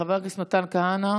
חבר הכנסת מתן כהנא,